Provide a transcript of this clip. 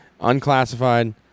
unclassified